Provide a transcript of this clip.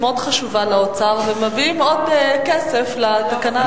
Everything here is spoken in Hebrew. מאוד חשובה לאוצר ומביאים עוד כסף לתקנה הזאת,